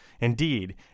Indeed